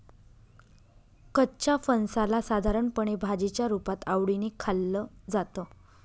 कच्च्या फणसाला साधारणपणे भाजीच्या रुपात आवडीने खाल्लं जातं